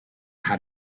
how